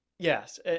Yes